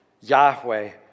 Yahweh